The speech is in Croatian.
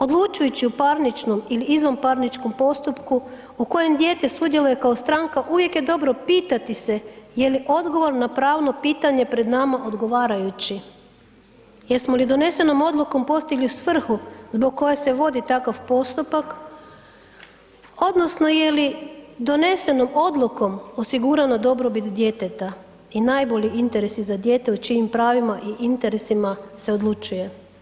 Odlučujući u parničnom ili izvanparničnom postupku u kojem dijete sudjeluje kao stranka uvijek je dobro pitati se jeli odgovor na pravno pitanje pred nama odgovarajuće, jesmo li donesenom odlukom postigli svrhu zbog koje se vodi takav postupak odnosno jeli donesenom odlukom osigurana dobrobit djeteta i najbolji interesi za dijete o čijim pravima i interesima se odlučuje.